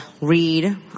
read